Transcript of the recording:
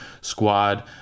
squad